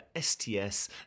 STS